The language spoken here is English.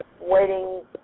waiting